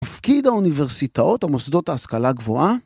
‫פקיד האוניברסיטאות ‫או מוסדות ההשכלה גבוהה?